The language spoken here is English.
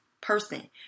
person